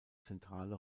zentrale